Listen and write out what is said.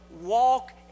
walk